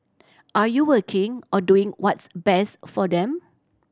are you working or doing what's best for them